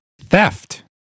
theft